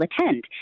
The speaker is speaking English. attend